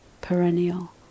perennial